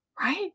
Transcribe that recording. Right